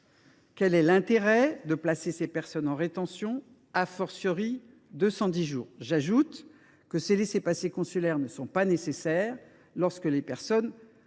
Quel est l’intérêt de placer ces personnes en rétention, 210 jours ? J’ajoute que les laissez passer consulaires ne sont pas nécessaires lorsque les personnes